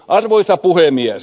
arvoisa puhemies